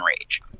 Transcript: Rage